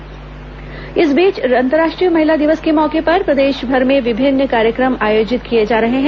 अंतर्राष्ट्रीय महिला दिवस इस बीच अंतर्राष्ट्रीय महिला दिवस के मौके पर प्रदेशभर में विभिन्न कार्यक्रम आयोजित किए जा रहे हैं